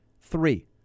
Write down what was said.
three